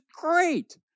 great